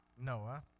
Noah